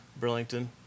Burlington